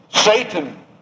Satan